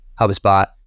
HubSpot